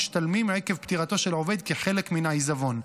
המשתלמים עקב פטירתו של עובד חלק מן העיזבון.